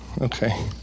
Okay